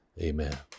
Amen